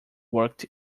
worked